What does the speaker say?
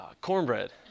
cornbread